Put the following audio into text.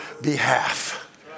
behalf